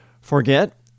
Forget